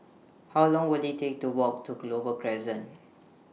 How Long Will IT Take to Walk to Clover Crescent